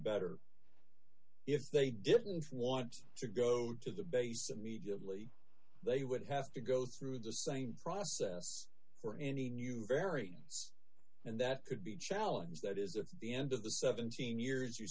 better if they didn't want to go to the base immediately they would have to go through the same process for any new variance and that could be a challenge that is it's the end of the seventeen years